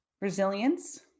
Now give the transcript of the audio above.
resilience